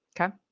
Okay